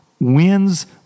Wins